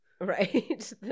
Right